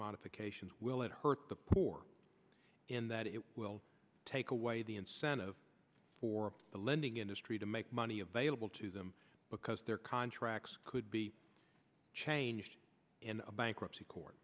modifications will it hurt the poor in that it will take away the incentive for the lending industry to make money available to them because their contracts could be changed in a bankruptcy court